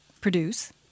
produce